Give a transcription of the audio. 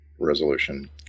resolution